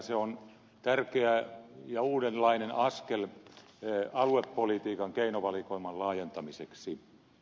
se on tärkeä ja uudenlainen askel aluepolitiikan keinovalikoiman laajentamiseksi